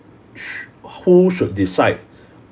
sh~ who should decide